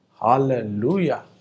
Hallelujah